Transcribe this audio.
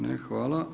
Ne. hvala.